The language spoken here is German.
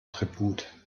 tribut